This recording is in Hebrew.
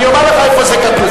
אני אומר לך איפה זה כתוב,